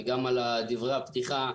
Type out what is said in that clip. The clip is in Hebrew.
וגם על דברי הפתיחה.